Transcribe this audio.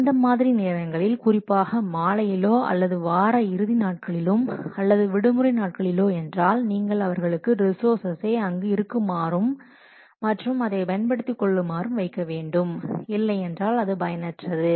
அந்த மாதிரி நேரங்களில் குறிப்பாக மாலையிலோ அல்லது வார இறுதி நாட்களிலும் அல்லது விடுமுறை நாட்களிலோ என்றாள் நீங்கள் அவர்களுக்கு ரிசோர்ஸை அங்கு இருக்குமாறு மற்றும் அதை பயன்படுத்திக் கொள்ளுமாறு வைக்க வேண்டும் இல்லையென்றால் அது பயனற்றது